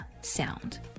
sound